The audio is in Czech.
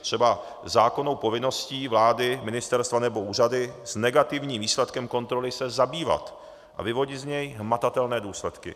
Třeba zákonnou povinností vlády, ministerstva nebo úřadů, negativním výsledkem kontroly se zabývat a vyvodit z něj hmatatelné důsledky.